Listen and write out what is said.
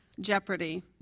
jeopardy